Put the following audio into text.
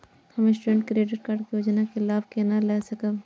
हम student credit card के योजना के लाभ केना लय सकब?